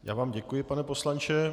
Já vám děkuji, pane poslanče.